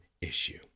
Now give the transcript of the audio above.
issue